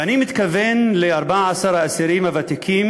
כי הם רצחו.